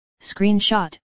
screenshot